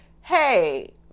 hey